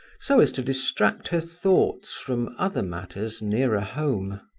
so as to distract her thoughts from other matters nearer home.